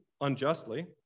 unjustly